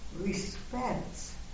respects